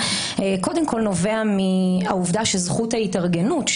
קודם כול נובע מהעובדה שזכות ההתארגנות,